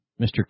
Mr